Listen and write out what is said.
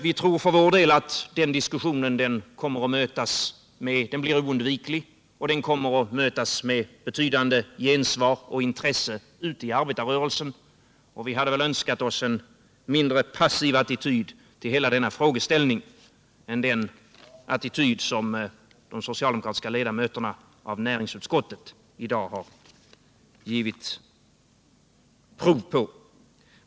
Vi tror för vår del att den diskussionen blir oundviklig och att den kommer att mötas med betydande gensvar och intresse ute i arbetarrörelsen. Vi hade önskat oss en mindre passiv attityd till hela denna frågeställning än den attityd som de socialdemokratiska ledamöterna av näringsutskottet i dag har givit prov på.